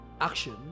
action